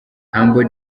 humble